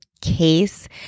case